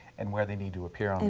and where they need to appear on and